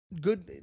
good